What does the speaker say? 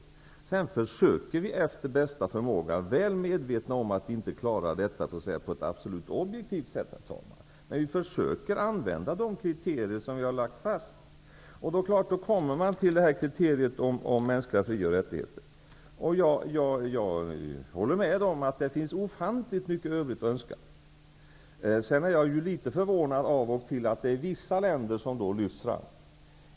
Dessutom försöker vi, herr talman, efter bästa förmåga, väl medvetna om att vi inte klarar detta på ett absolut objektivt sätt, använda de kriterier som vi har lagt fast, bl.a. kriteriet om mänskliga frioch rättigheter. Jag håller med om att det finns ofantligt mycket övrigt att önska. Jag är dock av och till förvånad över att just vissa länder lyfts fram.